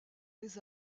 les